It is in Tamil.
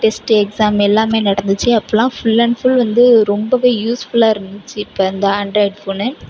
டெஸ்ட் எக்ஸாம் எல்லாம் நடந்துச்சு அப்போலாம் ஃபுல் அண்ட் ஃபுல் வந்து ரொம்ப யூஸ்ஃபுல்லாக இருந்துச்சு அப்போ அந்த ஆண்ட்ராய்ட் ஃபோனு